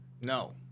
No